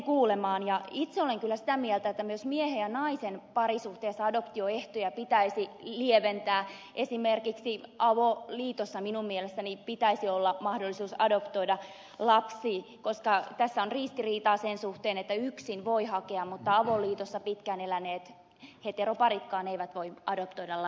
itse olen kyllä sitä mieltä että myös miehen ja naisen parisuhteessa adoptioehtoja pitäisi lieventää esimerkiksi avoliitossa minun mielestäni pitäisi olla mahdollisuus adoptoida lapsi koska tässä on ristiriitaa sen suhteen että yksin voi hakea mutta avoliitossa pitkään eläneet heteroparitkaan eivät voi adoptoidalla